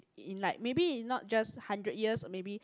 in like maybe in not just hundred years maybe